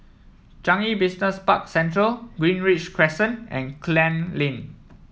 Changi Business Park Central Greenridge Crescent and Klang Lane